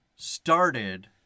started